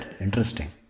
Interesting